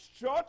church